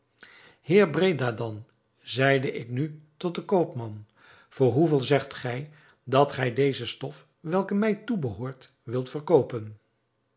heer bredradan zeide ik nu tot den koopman voor hoeveel zegt gij dat gij deze stof welke mij toebehoort wilt verkoopen